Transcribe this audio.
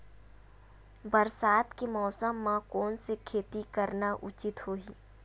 बरसात के मौसम म कोन से खेती करना उचित होही?